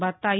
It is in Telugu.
బత్తాయి